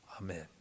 Amen